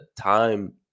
time